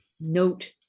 note